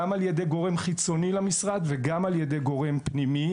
גם על ידי גורם חיצוני למשרד וגם על ידי גורם פנימי,